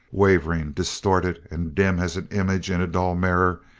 wavering, distorted, and dim as an image in a dull mirror,